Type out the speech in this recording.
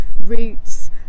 roots